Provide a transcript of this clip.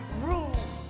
Rule